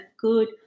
good